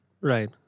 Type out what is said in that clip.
Right